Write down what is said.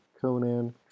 Conan